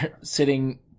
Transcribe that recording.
sitting